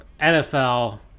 nfl